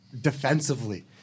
defensively